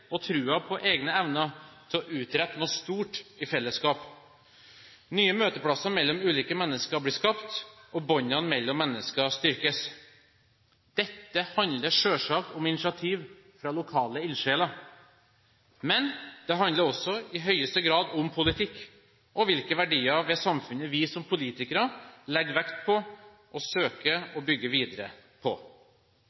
og troen på egne evner til å utrette noe stort i fellesskap. Nye møteplasser mellom ulike mennesker blir skapt, og båndene mellom mennesker styrkes. Dette handler selvsagt om initiativ fra lokale ildsjeler, men det handler også i høyeste grad om politikk og hvilke verdier ved samfunnet vi som politikere legger vekt på å søke